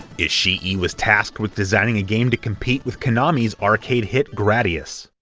ishii was tasked with designing a game to compete with konami's arcade hit gradius